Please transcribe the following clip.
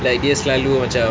like dia selalu macam